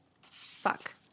Fuck